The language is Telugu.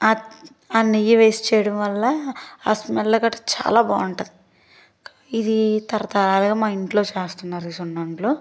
ఆ నెయ్యి వేసి చేయడం వల్ల ఆ సున్నుండలు గట్ట చాలా బాగుంటుంది ఇది తరతరాలుగా మా ఇంట్లో చేస్తున్నారు ఈ సున్నుండలు